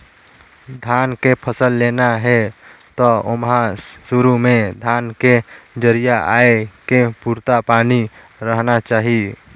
धान के फसल लेना हे त ओमहा सुरू में धान के जरिया आए के पुरता पानी रहना चाही